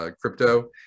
crypto